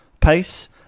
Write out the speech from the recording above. pace